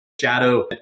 shadow